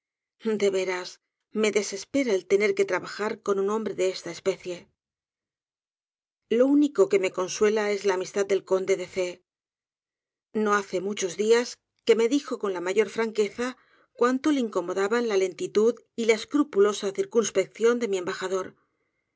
entiende neveras me desespera el tsner que trabajar con ua hombre de esta especie lo único que me consuela es la amistad del conde de c no hace muchos días que me tlijo con la mayor franqueza cuánto le incomodaban la lentitud y la escrupulosa circunspección de mi embajador